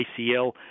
ACL